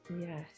Yes